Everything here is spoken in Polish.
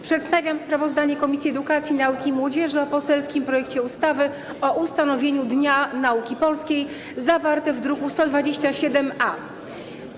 Przedstawiam sprawozdanie Komisji Edukacji, Nauki i Młodzieży o poselskim projekcie ustawy o ustanowieniu Dnia Nauki Polskiej, zawarte w druku nr 127-A.